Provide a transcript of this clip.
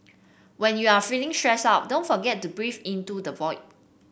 when you are feeling stressed out don't forget to breathe into the void